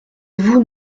vous